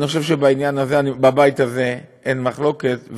אני חושב שבעניין הזה בבית הזה אין מחלוקת,